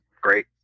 great